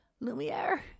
lumiere